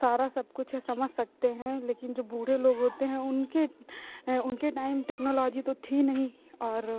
सारा सब कुछ है समझ सकते हैं लेकिन जो बूढ़े लोग होते हैं उनके उनके टाइम टेक्नोलॉजी तो थी नहीं और